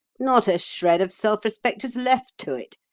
not a shred of self-respect is left to it.